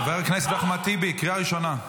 חבר הכנסת אחמד טיבי, קריאה ראשונה.